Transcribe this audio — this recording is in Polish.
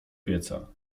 pieca